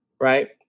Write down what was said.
right